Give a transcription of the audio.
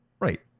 Right